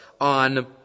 on